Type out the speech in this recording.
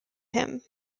him